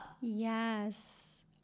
Yes